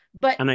but-